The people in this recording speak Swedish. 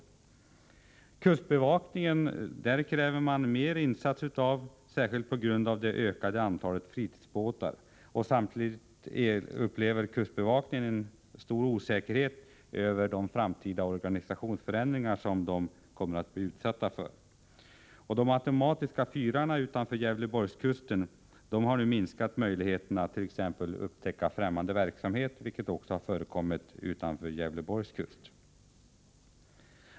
Av kustbevakningen krävs ökade insatser på grund av det ökade antalet fritidsbåtar. Samtidigt upplever kustbevakningen en stor osäkerhet när det gäller de framtida organisationsförändringar som man kommer att bli utsatt för. De automatiserade fyrarna utanför Gävleborgskusten har minskat möjligheten attt.ex. upptäcka främmande verksamhet, som också har förekommit utanför Gävleborgskusten.